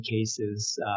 cases